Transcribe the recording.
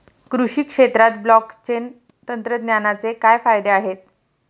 कृषी क्षेत्रात ब्लॉकचेन तंत्रज्ञानाचे काय फायदे आहेत?